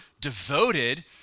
devoted